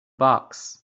box